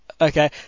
okay